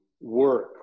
work